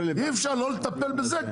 אי אפשר לטפל בזה,